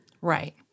Right